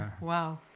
Wow